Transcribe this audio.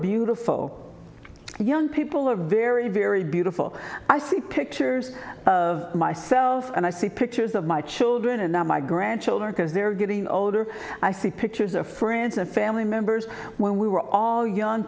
beautiful young people are very very beautiful i see pictures of myself and i see pictures of my children and my grandchildren because they're getting older i see pictures of friends and family members when we were all young